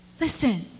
Listen